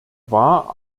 war